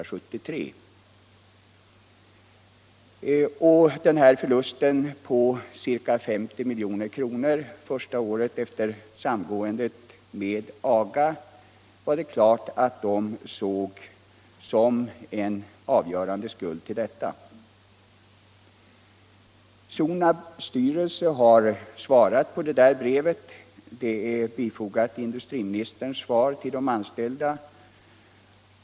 Den avgörande skulden till förlusten på 50 milj.kr. första året efter samgåendet med AGA tillskriver personalen naturligtvis detta samgående. Sonabs styrelse har svarat på brevet i en bilaga till industriministerns svar till de anställda.